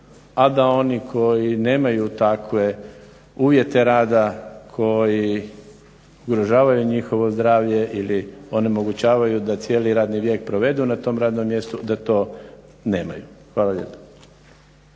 a da oni koji nemaju takve uvjete rada, koji ugrožavaju njihove zdravlje ili onemogućavaju da cijeli radni vijek provedu na tom radnom mjestu da to nemaju. Hvala lijepo.